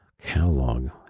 catalog